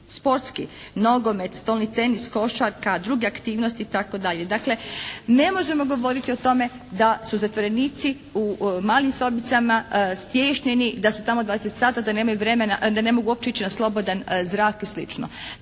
sportski, nogomet, stolni tenis, košarka, druge aktivnosti itd. Dakle ne možemo govoriti o tome da su zatvorenici u malim sobicama stiješnjeni, da su tamo 20 sata da ne mogu uopće ići na slobodan zrak i sl.